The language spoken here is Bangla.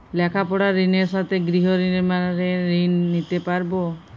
লেখাপড়ার ঋণের সাথে গৃহ নির্মাণের ঋণ নিতে পারব?